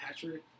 Patrick